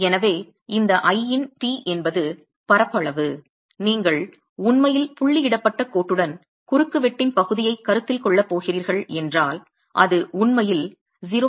எனவே இந்த l இன் t என்பது பரப்பளவு நீங்கள் உண்மையில் புள்ளியிடப்பட்ட கோட்டுடன் குறுக்குவெட்டின் பகுதியைக் கருத்தில் கொள்ளப் போகிறீர்கள் என்றால் அது உண்மையில் 0